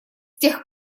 тех